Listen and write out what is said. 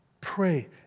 Pray